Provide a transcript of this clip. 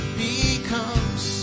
becomes